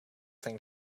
thing